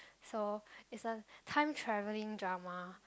so it's a time travelling drama